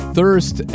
Thirst